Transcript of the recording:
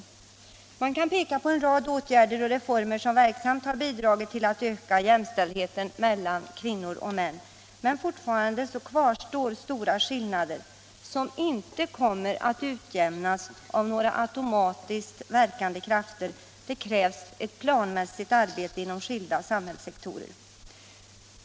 Man kan peka på en rad åtgärder och reformer som verksamt har bidragit till att öka jämställdheten mellan kvinnor och män, men fortfarande kvarstår stora skillnader som inte kommer att utjämnas av några automatiskt verkande krafter — det krävs ett planmässigt arbete inom skilda samhällssektorer.